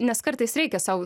nes kartais reikia sau